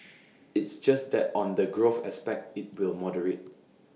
it's just that on the growth aspect IT will moderate